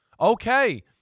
okay